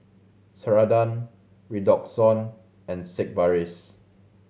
Ceradan Redoxon and Sigvaris